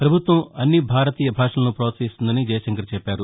పభుత్వం అన్ని భారతీయ భాషలను ప్రోత్సహిస్తుందని జైశంకర్ చెప్పారు